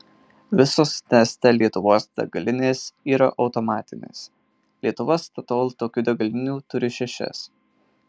visos neste lietuvos degalinės yra automatinės lietuva statoil tokių degalinių turi šešias